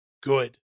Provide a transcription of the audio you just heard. good